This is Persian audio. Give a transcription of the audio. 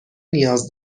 نیاز